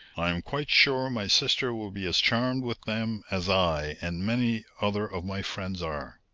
i am quite sure my sister will be as charmed with them as i and many other of my friends are.